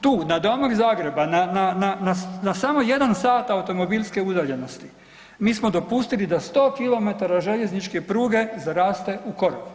Tu nadomak Zagreba, na samo 1 sat automobilske udaljenosti mi smo dopustili da 100 km željezničke pruge zaraste u korov.